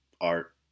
art